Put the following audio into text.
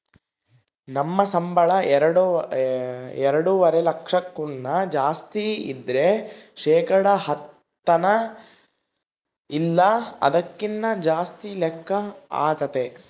ನಮ್ ಸಂಬುಳ ಎಲ್ಡುವರೆ ಲಕ್ಷಕ್ಕುನ್ನ ಜಾಸ್ತಿ ಇದ್ರ ಶೇಕಡ ಹತ್ತನ ಇಲ್ಲ ಅದಕ್ಕಿನ್ನ ಜಾಸ್ತಿ ಲೆಕ್ಕ ಆತತೆ